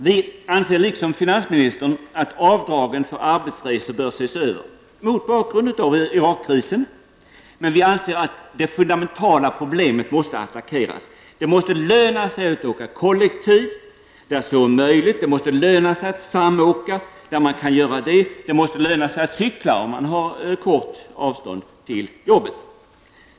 Vi anser liksom finansministern att avdragen för arbetsresor bör ses över mot bakgrund av Irakkrisen. Vi anser dock att det fundamentala problemet måste attackeras. Det måste löna sig att åka kollektivt, där så är möjligt. Det måste löna sig att samåka, där man kan göra det. Det måste löna sig att cykla om man har kort avstånd till jobbet.